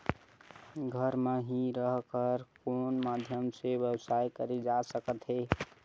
घर म हि रह कर कोन माध्यम से व्यवसाय करे जा सकत हे?